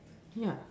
yeah